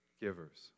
givers